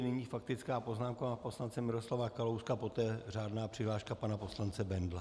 Nyní faktická poznámka pana poslance Miroslava Kalouska, poté řádná přihláška pana poslance Bendla.